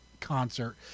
concert